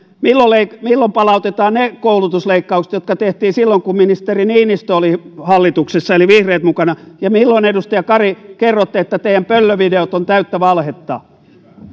milloin palautetaan ne koulutusleikkaukset jotka tehtiin silloin kun ministeri niinistö oli hallituksessa eli vihreät olivat mukana ja milloin edustaja kari kerrotte että teidän pöllövideonne ovat täyttä valhetta